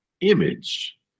image